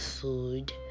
food